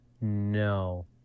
No